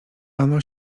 ano